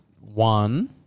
one